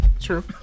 true